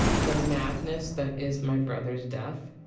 the madness that is my brother's death,